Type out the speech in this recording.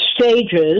stages